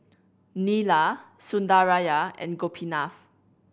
Neila Sundaraiah and Gopinath